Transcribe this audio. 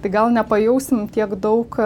tai gal nepajausim tiek daug